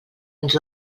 ens